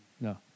No